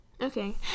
Okay